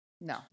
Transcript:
No